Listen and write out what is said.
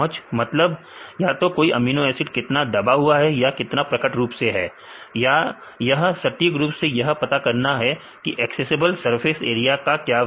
मतलब या तो कोई अमीनो एसिड कितना दबा हुआ है या कितना प्रकट है या यह सटीक रूप से यह पता करना कि एक्सेसिबल सरफेस एरिया का क्या वैल्यू है